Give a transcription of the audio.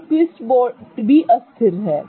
तो twist boat भी अस्थिर है